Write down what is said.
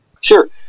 Sure